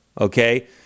okay